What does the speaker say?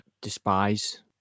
despise